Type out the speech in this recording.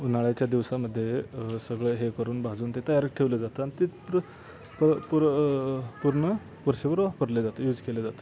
उन्हाळ्याच्या दिवसामध्ये सगळं हे करून भाजून ते तयार ठेवलं जातं आणि ती पूर् पूर पूर्ण वर्षभर वापरलं जातं यूज केले जातं